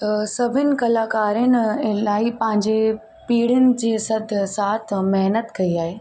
सभिनि कलाकारनि इलाही पंहिंजे पीढ़ियुनि जे सथ साथ महिनत कई आहे